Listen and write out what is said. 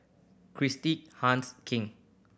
Christi Hans King